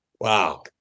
Wow